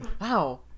Wow